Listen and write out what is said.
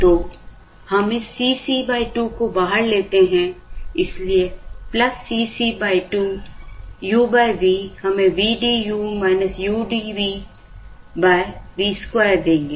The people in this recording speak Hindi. तो हम इस C c 2 को बाहर लेते हैं इसलिए plus Cc 2 u v हमें vdu udv v square देंगे